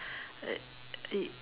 uh it